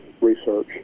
research